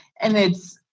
and it's,